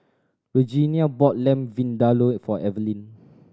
Regenia bought Lamb Vindaloo for Evelin